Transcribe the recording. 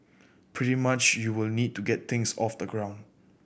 much you will need to get things off the ground